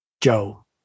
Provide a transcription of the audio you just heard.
Joe